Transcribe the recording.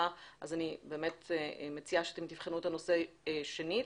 ואני מציעה שתבחנו את הנושא שנית.